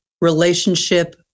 relationship